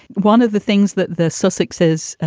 one of the things that the soucek says.